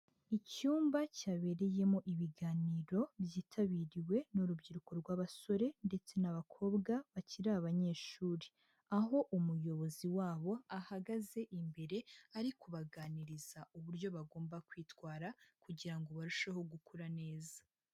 Icyumba cyabereyemo ibiganiro byitabiriwe n'urubyiruko rw'abasore ndetse n'abakobwa bakiri abanyeshuri, aho umuyobozi wabo ahagaze imbere ari kubaganiriza uburyo bagomba kwitwara kugira ngo barusheho gukura neza.